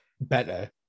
better